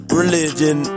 religion